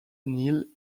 neil